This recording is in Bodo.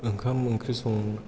ओंखाम ओंख्रि